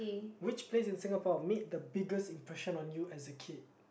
which place in Singapore made the biggest impression on you as a kid